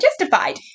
justified